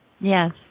Yes